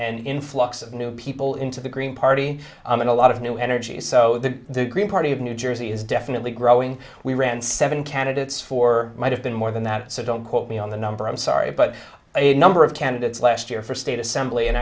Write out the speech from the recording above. an influx of new people into the green party and a lot of new energy so the green party of new jersey is definitely growing we ran seven candidates for might have been more than that so don't quote me on the number i'm sorry but a number of candidates last year for state assembly and